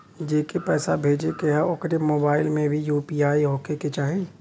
जेके पैसा भेजे के ह ओकरे मोबाइल मे भी यू.पी.आई होखे के चाही?